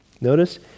notice